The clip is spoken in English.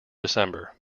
december